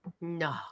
no